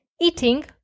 eating